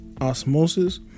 osmosis